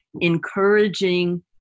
encouraging